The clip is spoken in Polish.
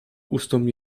ustom